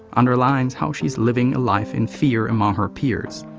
underlines how she's living a life in fear among her peers.